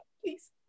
please